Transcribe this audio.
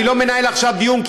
אני לא מנהל עכשיו דיון,